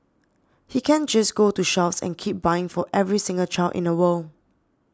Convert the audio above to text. he can't just go to shops and keep buying for every single child in the world